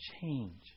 change